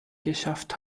geschafft